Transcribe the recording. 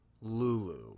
Lulu